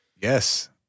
Yes